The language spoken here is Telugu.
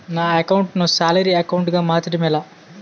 నా అకౌంట్ ను సాలరీ అకౌంట్ గా మార్చటం ఎలా?